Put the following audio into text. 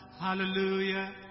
hallelujah